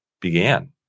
began